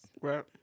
Right